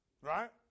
right